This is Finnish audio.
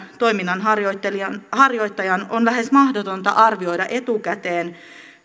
toiminnan harjoittajan harjoittajan on lähes mahdotonta arvioida etukäteen